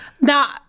now